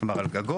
כלומר על גגות,